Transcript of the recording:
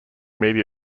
media